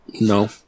No